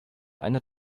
eine